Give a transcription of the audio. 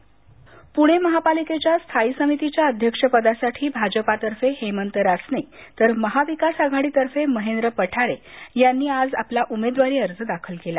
महापालिका पुणे महापालिका स्थायी समितीच्या अध्यक्षपदासाठी भाजपातर्फे हेमंत रासने तर महाविकास आघाडीतर्फे महेंद्र पठारे यांनी आज आपला उमेदवारी अर्ज दाखल केला